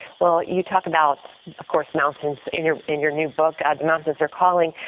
well you talk about of course mountains in your in your new book out the mountains are calling.